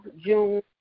June